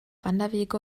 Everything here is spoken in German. wanderwege